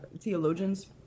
theologians